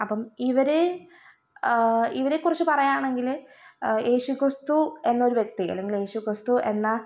അപ്പം ഇവർ ഇവരെക്കുറിച്ച് പറയുകയാണെങ്കിൽ യേശു ക്രിസ്തു എന്നൊരു വ്യക്തി അല്ലെങ്കിൽ യേശു ക്രിസ്തു എന്ന